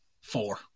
Four